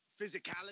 physicality